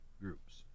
groups